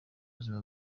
buzima